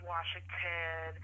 Washington